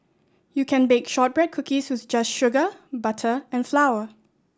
you can bake shortbread cookies with just sugar butter and flour